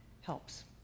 helps